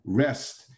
rest